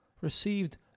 Received